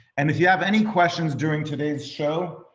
and if you have any questions during today's show,